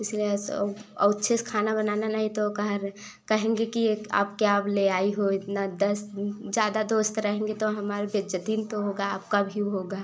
इसलिए ऐसा ओ और अच्छे से खाना बनाना नही तो कहर कहेंगे कि ये आप क्या ले आई हो इतना दस ज़्यादा दोस्त रहेंगे तो हमार बेइज्जती ताे होगा आपका भी होगा